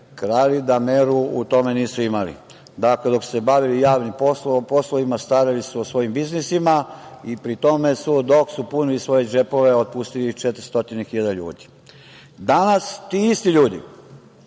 krali da meru u tome nisu imali. Dakle, dok su se bavili javnim poslovima starali se o svojim biznisima i pri tome su dok su punili svoje džepove otpustili 400.000 ljudi. Danas ti isti ljudi